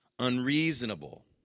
unreasonable